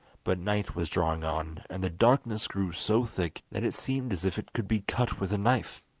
but night was drawing on, and the darkness grew so thick that it seemed as if it could be cut with a knife.